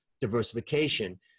diversification